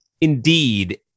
Indeed